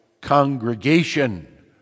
congregation